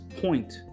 point